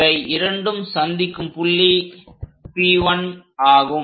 இவை இரண்டும் சந்திக்கும் புள்ளி P1 ஆகும்